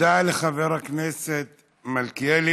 תודה לחבר הכנסת מלכיאלי.